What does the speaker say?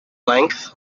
length